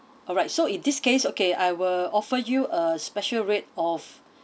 alright so if this case okay I will offer you a special rate of